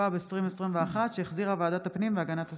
התשפ"ב 2021, שהחזירה ועדת הפנים והגנת הסביבה.